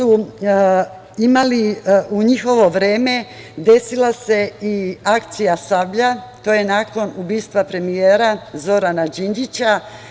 U njihovo vreme desila se i akcija „Sablja“ nakon ubistva premijera Zorana Đinđića.